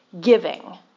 giving